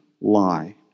lie